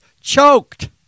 choked